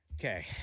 Okay